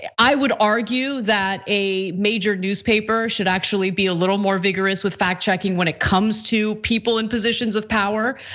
i would argue that a major newspaper should actually be a little more vigorous with fact-checking when it comes to people in positions of power.